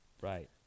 Right